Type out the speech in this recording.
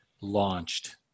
launched